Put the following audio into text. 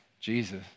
Jesus